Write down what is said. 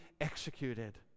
executed